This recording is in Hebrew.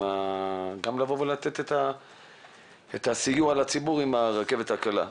לבוא ולתת את הסיוע לציבור עם הרכבת הקלה.